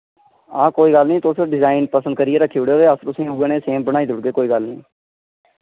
हां कोई गल्ल नेईं तुस डिजाइन पसंद करियै रक्खी ओड़ेओ ते अस तुसें उऐ नेहा सेम बनाई देऊड़गे कोई गल्ल नि